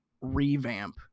revamp